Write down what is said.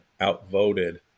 outvoted